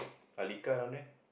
Aliqah down there